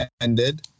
ended